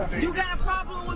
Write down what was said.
you got a problem